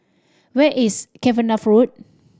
where is Cavenagh Road